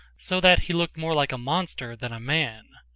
so that he looked more like a monster than a man.